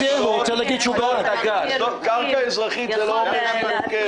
זה שזאת קרקע אזרחית זה לא אומר שהיא מופקרת.